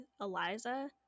Eliza